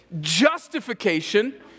Justification